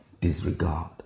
Disregard